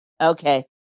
Okay